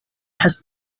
has